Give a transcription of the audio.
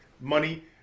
money